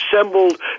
assembled